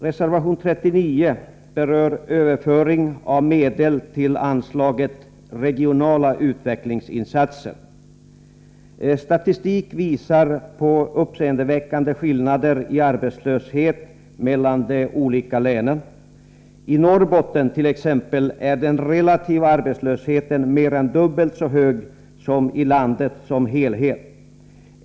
Reservation 39 berör överföring av medel till anslaget Regionala utvecklingsinsatser. Statistik visar på uppseendeväckande skillnader i arbetslöshet mellan de olika länen. Norrbotten är den relativa arbetslösheten mer än dubbelt så hög som i landet som helhet.